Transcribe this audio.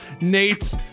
Nate